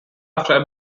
after